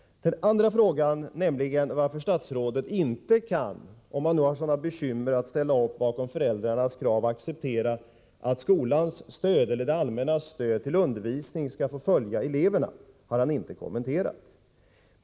Den andra frågan, varför statsrådet har sådana bekymmer med att ställa sig bakom föräldrarnas krav och att acceptera att det allmännas stöd till undervisning skall få följa eleverna, har han inte kommenterat.